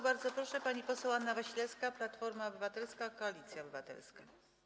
Bardzo proszę, pani poseł Anna Wasilewska, Platforma Obywatelska - Koalicja Obywatelska.